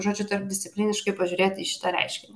žodžiu tarpdiscipliniškai pažiūrėti į šitą reiškinį